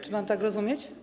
Czy mam tak rozumieć?